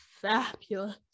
fabulous